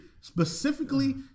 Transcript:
specifically